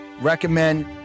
Recommend